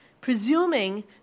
presuming